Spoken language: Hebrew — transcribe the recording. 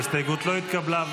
ההסתייגות לא התקבלה.